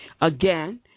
again